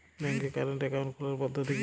ব্যাংকে current account খোলার পদ্ধতি কি?